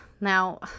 Now